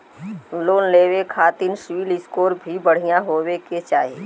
Loan लेवे के खातिन सिविल स्कोर भी बढ़िया होवें के चाही?